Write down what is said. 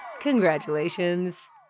Congratulations